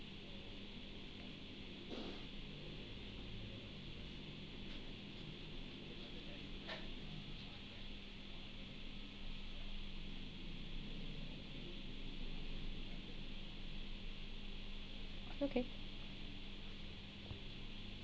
okay